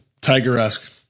tiger-esque